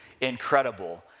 incredible